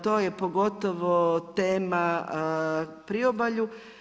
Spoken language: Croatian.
To je pogotovo tema u priobalju.